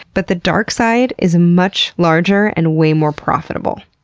but the dark side is much larger and way more profitable.